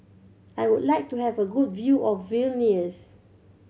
I would like to have a good view of Vilnius